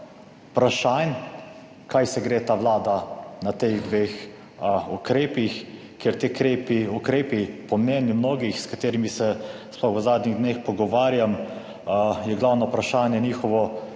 vprašanj, kaj se gre ta Vlada na teh dveh ukrepih, ker ti ukrepi, po mnenju mnogih, s katerimi se sploh v zadnjih dneh pogovarjam, je glavno vprašanje njihovo,